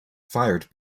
fired